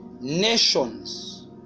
nations